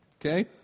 Okay